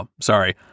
sorry